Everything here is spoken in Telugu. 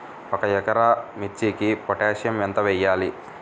ఒక ఎకరా మిర్చీకి పొటాషియం ఎంత వెయ్యాలి?